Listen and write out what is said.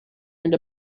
and